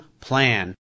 plan